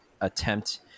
attempt